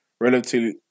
relative